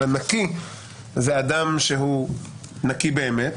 נקי זה אדם שהוא נקי באמת